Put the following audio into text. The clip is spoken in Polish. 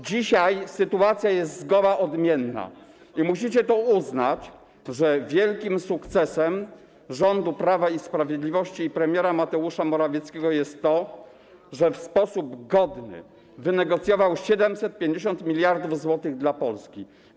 Dzisiaj sytuacja jest zgoła odmienna i musicie uznać, że wielkim sukcesem rządu Prawa i Sprawiedliwości i premiera Mateusza Morawieckiego jest to, że w sposób godny wynegocjował 750 mld zł dla Polski.